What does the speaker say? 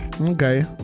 Okay